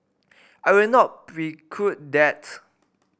I will not preclude that